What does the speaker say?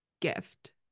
gift